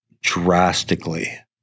drastically